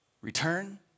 return